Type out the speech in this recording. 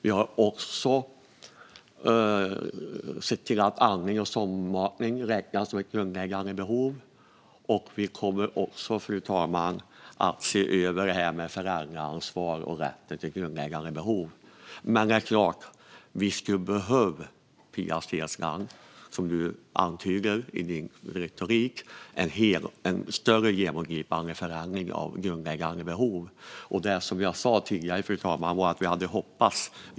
Vi har också sett till att andning och sondmatning räknas som grundläggande behov. Vi kommer också, fru talman, att se över föräldraansvaret och rätten till grundläggande behov. Det är klart att vi skulle behöva, som Pia Steensland antyder i sin retorik, en större genomgripande förändring av vad som ingår i grundläggande behov.